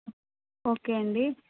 okay అండి